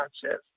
conscious